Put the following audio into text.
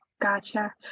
gotcha